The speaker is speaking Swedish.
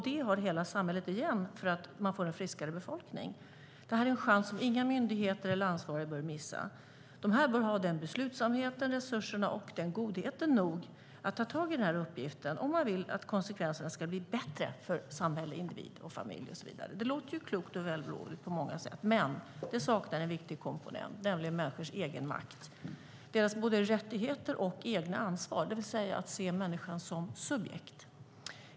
Det har hela samhället igen i en friskare befolkning. Det är en chans som inga myndigheter eller ansvariga bör missa. De bör ha beslutsamheten, resurserna och godheten nog att ta tag i uppgiften om de vill att konsekvenserna ska bli bättre för samhälle, individ och familj. Det låter klokt och vällovligt på många sätt, men en viktig komponent saknas, nämligen människors egen makt, deras rättigheter och egna ansvar - att se människan som subjekt.